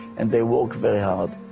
and they worked very hard.